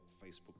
Facebook